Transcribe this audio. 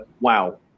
wow